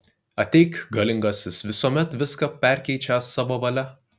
ateik galingasis visuomet viską perkeičiąs savo valia